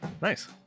Nice